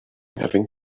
having